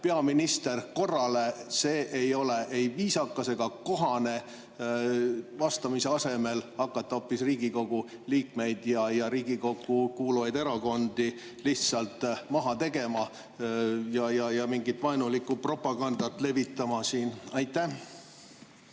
peaminister korrale. Ei ole ei viisakas ega kohane vastamise asemel hakata hoopis Riigikogu liikmeid ja Riigikokku kuuluvaid erakondi lihtsalt maha tegema ja mingit vaenulikku propagandat levitama siin. Aitäh,